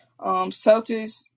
Celtics